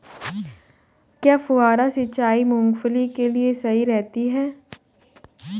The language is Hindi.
क्या फुहारा सिंचाई मूंगफली के लिए सही रहती है?